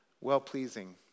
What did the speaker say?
well-pleasing